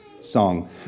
song